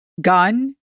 gun